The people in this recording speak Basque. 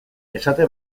esate